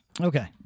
Okay